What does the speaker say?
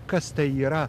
kas tai yra